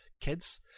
kids